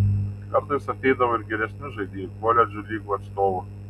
kartais ateidavo ir geresnių žaidėjų koledžų lygų atstovų